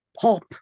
pop